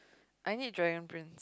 I need dragon prince